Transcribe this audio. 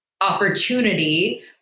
opportunity